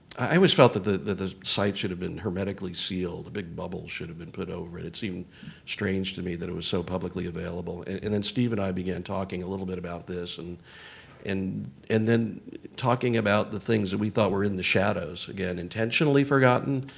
i always felt that the the site should have been hermetically sealed. a big bubble should have been put over it. it seemed strange to me that it was so publicly available. and then steve and i began talking a little bit about this, and and then talking about the things that we thought were in the shadows again, intentionally forgotten,